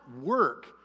work